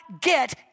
get